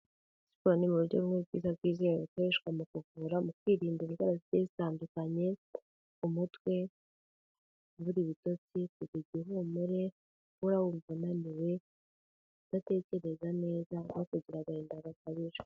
Siporo ni mu buryo bumwe bwiza bwizewe bukoreshwa mu kuvura, mu kwirinda indwara zitandukanye umutwe, kubura ibitotsi, kugwa igihumure, guhora wumva unaniwe, kudatekereza neza no kugira agahinda gakabije.